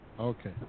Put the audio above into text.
Okay